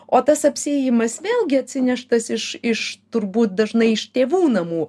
o tas apsiėjimas vėlgi atsineštas iš iš turbūt dažnai iš tėvų namų